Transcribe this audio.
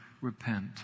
repent